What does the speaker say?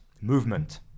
movement